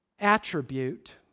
attribute